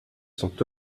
sont